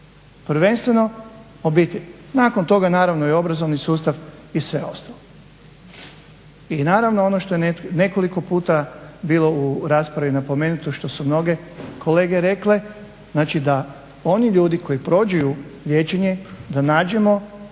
Prvenstveno obitelj. Nakon toga naravno i obrazovni sustav i sve ostalo. I naravno ono što je nekoliko puta bilo u raspravi napomenuto, što su mnoge kolege rekle, znači da oni ljudi koji prođu liječenje da nađemo